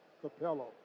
Capello